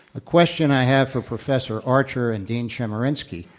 a question i have for professor archer and dean chemerinsky,